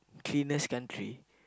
cleanest country